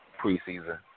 preseason